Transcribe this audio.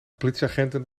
politieagenten